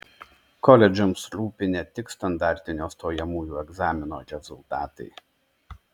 koledžams rūpi ne tik standartinio stojamųjų egzamino rezultatai